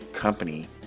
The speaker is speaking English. company